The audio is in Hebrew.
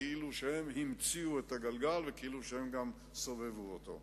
כאילו שהם המציאו את הגלגל וכאילו שהם גם סובבו אותו.